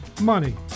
money